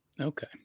Okay